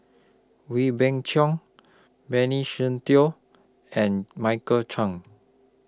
Wee Beng Chong Benny Se Teo and Michael Chiang